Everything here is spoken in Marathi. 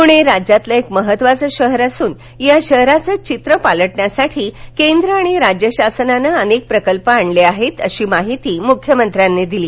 पुणे राज्यातील एक महत्त्वाचं शहर असून या शहराचं चित्र पालटण्यासाठी केंद्र आणि राज्य शासनानं अनेक प्रकल्प आणले आहेत अशी माहिती मुख्यमंत्र्यांनी दिली